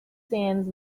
sands